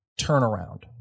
turnaround